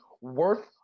worth